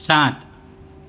સાત